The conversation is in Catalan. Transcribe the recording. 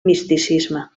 misticisme